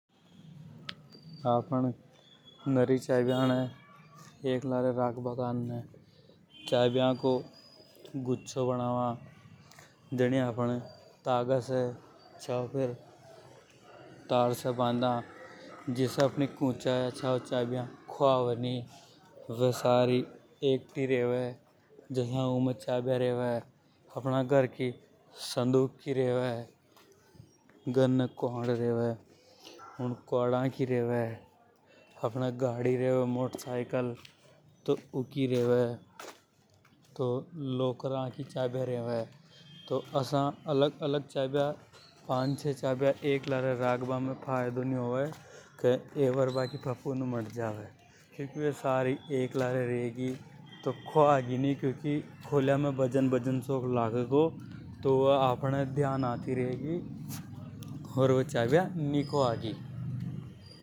आफ़न नरी चाबियां ने एक लारे राख बा करने एक गुच्छों बनावा। जनिय आफ़न तागा से या तार से बांधा जिसे अपनी चाबियां खावे नि। वे सारी एक्टी रेवे जसा उमें चाबियां रेवे अपहण ना घर की संदूक को रेवे। अपने गाड़ी रेवे मोट सायकल युकी रेवे। तो लोकरा की चाबियां रेवे तो असा पांच छ: चाबियां लारे राख बा में फायदों न्यू होवे। एक लारे रेगी को खावे ही नि खोलिया मे बजन बजन सो क लगेगा। तो वे अपहाने ध्यान आती रेगी और वे नि खावे घी।